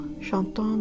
J'entends